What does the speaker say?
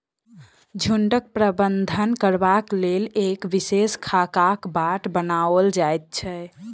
झुंडक प्रबंधन करबाक लेल एक विशेष खाकाक बाट बनाओल जाइत छै